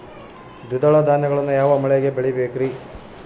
ದ್ವಿದಳ ಧಾನ್ಯಗಳನ್ನು ಯಾವ ಮಳೆಗೆ ಬೆಳಿಬೇಕ್ರಿ?